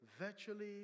virtually